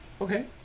Okay